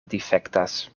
difektas